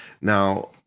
Now